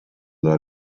dalla